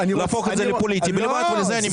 ולהפוך את זה לפוליטי בלבד ולזה אני מתנגד.